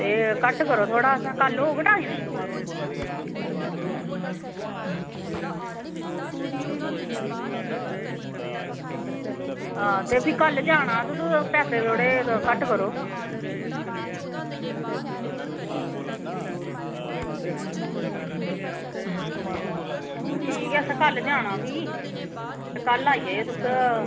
ते घट्ट करो थोह्ड़ा ते कल होग टाईम ते हैां ते फिर कल जानां हा तुस पैसे थोह्ड़े घट्ट करो हां ते ठीक ऐ फ्ही कल जानाअसैं ते कल आई जायो तुस